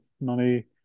money